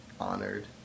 honored